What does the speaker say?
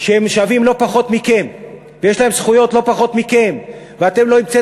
שהם שווים לא פחות מכם ויש להם זכויות לא פחות מלכם.